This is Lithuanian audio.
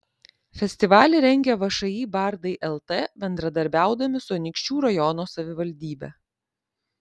festivalį rengia všį bardai lt bendradarbiaudami su anykščių rajono savivaldybe